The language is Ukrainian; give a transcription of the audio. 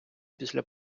після